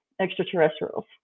extraterrestrials